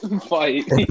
Fight